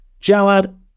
Jawad